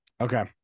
Okay